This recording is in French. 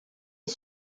est